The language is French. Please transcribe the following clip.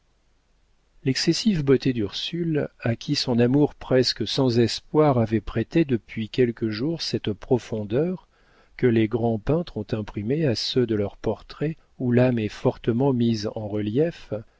l'excessive beauté d'ursule à qui son amour presque sans espoir avait prêté depuis quelques jours cette profondeur que les grands peintres ont imprimée à ceux de leurs portraits où l'âme est fortement mise en relief